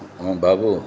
బాబూ